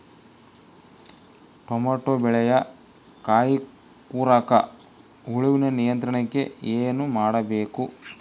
Tomato ಬೆಳೆಯ ಕಾಯಿ ಕೊರಕ ಹುಳುವಿನ ನಿಯಂತ್ರಣಕ್ಕೆ ಏನು ಮಾಡಬೇಕು?